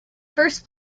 first